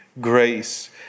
grace